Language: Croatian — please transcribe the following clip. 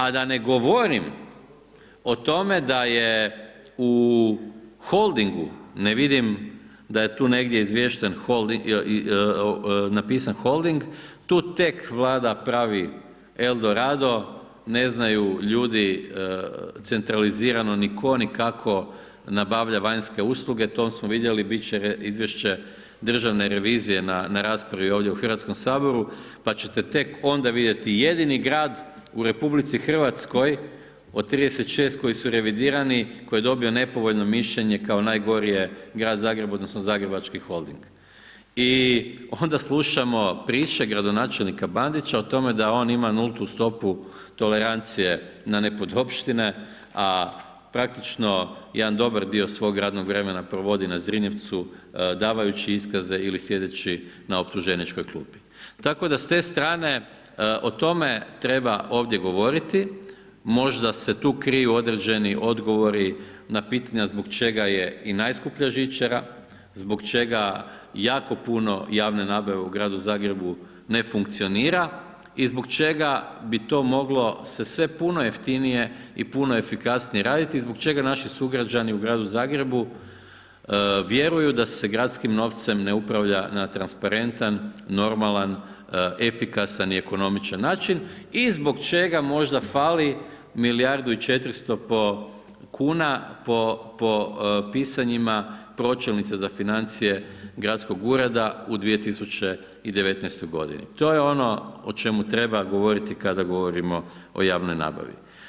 A da ne govorim o tome da je u Holdingu, ne vidim da je tu negdje izvješten, napisan Holding, tu tek vlada pravi Eldorado, ne znaju ljudi centralizirano ni tko, ni kako nabavlja vanjske usluge, tom smo vidjeli, bit će izvješće Državne revizije na raspravi ovdje u HS, pa ćete tek onda vidjeti, jedini grad u RH od 36 koji su revidirani, koji je dobio nepovoljno mišljenje kao najgori je Grad Zagreb odnosno Zagrebački holding i onda slušamo priče gradonačelnika Bandića o tome da on ima nultu stopu tolerancije na nepodopštine, a praktično jedan dobar dio svog radnog vremena provodi na Zrinjevcu davajući iskaze ili sjedeći na optuženičkoj klupi, tako da s te strane o tome treba ovdje govoriti, možda se tu kriju određeni odgovori na pitanja zbog čega je i najskuplja žičara, zbog čega jako puno javne nabave u Gradu Zagrebu ne funkcionira i zbog čega bi to moglo se sve puno jeftinije i puno efikasnije raditi i zbog čega naši sugrađani u Gradu Zagrebu vjeruju da se gradskim novcem ne upravlja na transparentan, normalan, efikasan i ekonomičan način i zbog čega možda fali milijardu i 400 kuna po pisanjima pročelnice za financije gradskog ureda u 2019.g., to je ono o čemu treba govoriti kada govorimo o javnoj nabavi.